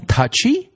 Touchy